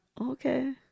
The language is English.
Okay